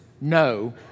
no